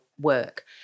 work